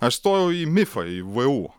aš stojau į mifą į vu